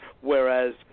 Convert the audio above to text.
Whereas